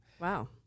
Wow